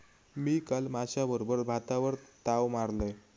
मी काल माश्याबरोबर भातावर ताव मारलंय